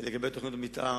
לגבי תוכניות המיתאר,